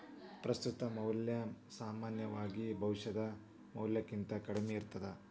ಪ್ರಸ್ತುತ ಮೌಲ್ಯ ಸಾಮಾನ್ಯವಾಗಿ ಭವಿಷ್ಯದ ಮೌಲ್ಯಕ್ಕಿಂತ ಕಡ್ಮಿ ಇರ್ತದ